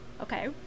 Okay